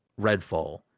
Redfall